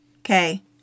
okay